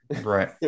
Right